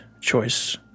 choice